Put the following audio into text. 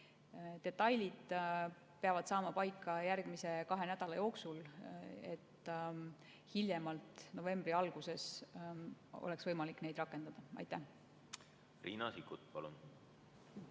Detailid peavad saama paika järgmise kahe nädala jooksul, et hiljemalt novembri alguses oleks võimalik seda rakendada. Riina Sikkut, palun!